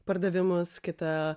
pardavimus kita